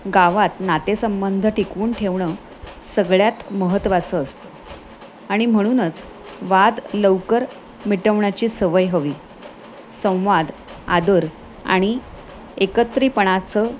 गावात नातेसंबंध टिकवून ठेवणं सगळ्यात महत्त्वाचं असतं आणि म्हणूनच वाद लवकर मिटवण्याची सवय हवी संवाद आदर आणि एकत्रीपणाचं